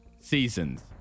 seasons